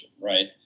Right